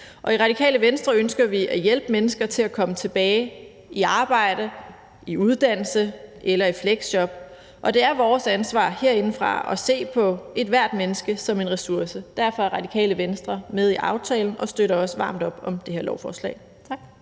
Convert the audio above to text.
I Radikale Venstre ønsker vi at hjælpe mennesker til at komme tilbage i arbejde, i uddannelse eller i fleksjob, og det er vores ansvar herinde at se på ethvert menneske som en ressource. Derfor er Radikale Venstre med i aftalen og støtter også varmt op om det her lovforslag.